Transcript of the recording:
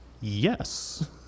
Yes